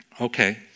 Okay